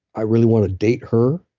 i really want to date her,